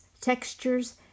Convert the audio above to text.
textures